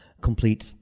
complete